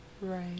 Right